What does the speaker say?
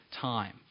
time